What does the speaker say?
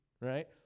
right